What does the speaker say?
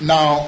Now